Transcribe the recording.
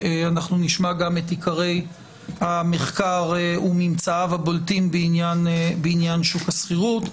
אנחנו נשמע גם את עיקרי המחקר וממצאיו הבולטים בעניין שוק השכירות.